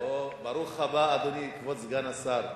ברוך הבא, אדוני כבוד סגן השר.